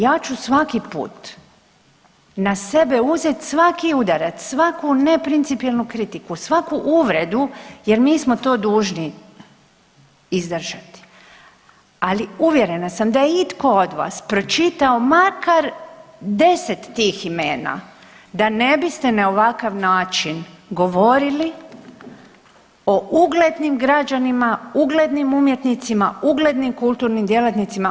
Ja ću svaki put na sebe uzet svaki udarac, svaku neprincipijelnu kritiku, svaku uvredu jer mi smo to dužni izdržati, ali uvjerena sam da je itko od vas pročitao makar 10 tih imena da ne biste na ovakav način govorili o uglednim građanima, uglednim umjetnicima, uglednim kulturnim djelatnica.